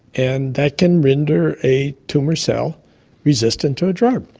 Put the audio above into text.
and that can render a tumour cell resistant to a drug.